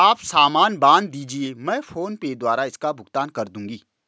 आप सामान बांध दीजिये, मैं फोन पे द्वारा इसका भुगतान कर दूंगी